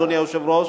אדוני היושב-ראש,